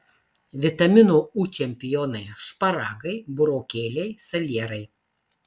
vitamino u čempionai šparagai burokėliai salierai